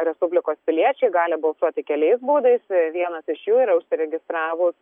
respublikos piliečiai gali balsuoti keliais būdais vienas iš jų yra užsiregistravus